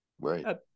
Right